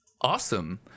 Awesome